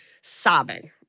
Sobbing